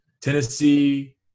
Tennessee